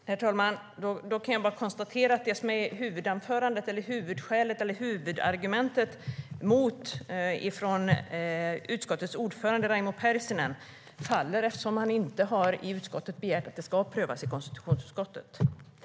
Herr talman! Då kan jag bara konstatera att huvudargumentet från utskottets ordförande Raimo Pärssinen faller, eftersom han i utskottet inte har begärt att frågan ska prövas i konstitutionsutskottet.